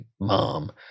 mom